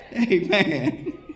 Amen